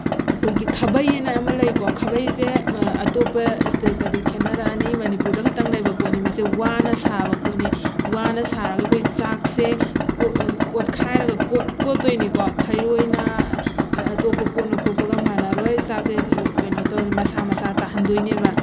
ꯑꯩꯈꯣꯏꯒꯤ ꯈꯥꯕꯩꯑꯅ ꯑꯃ ꯂꯩꯀꯣ ꯈꯥꯕꯩꯁꯦ ꯑꯇꯣꯞꯄ ꯏꯁꯇꯦꯠꯀꯗꯤ ꯈꯦꯠꯅꯔꯛꯑꯅꯤ ꯃꯅꯤꯄꯨꯔꯗ ꯈꯇꯪ ꯂꯩꯕ ꯄꯣꯠꯅꯤ ꯃꯁꯦ ꯋꯥꯅ ꯁꯥꯕ ꯄꯣꯠꯅꯤ ꯋꯥꯅ ꯁꯥꯔꯒ ꯑꯩꯈꯣꯏ ꯆꯥꯛꯁꯦ ꯀꯣꯠ ꯑꯣꯠꯈꯥꯏꯔꯒ ꯀꯣꯠ ꯀꯣꯠꯇꯣꯏꯅꯤꯀꯣ ꯈꯩꯔꯣꯏꯅ ꯑꯇꯣꯞꯄ ꯄꯣꯠꯅ ꯀꯣꯠꯄꯒ ꯃꯥꯟꯅꯔꯣꯏ ꯆꯥꯛꯁꯦ ꯀꯩꯅꯣ ꯇꯧꯅꯤ ꯃꯁꯥ ꯃꯁꯥ ꯇꯥꯍꯟꯗꯣꯏꯅꯦꯕ